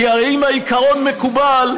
כי אם העיקרון מקובל,